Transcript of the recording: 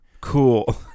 Cool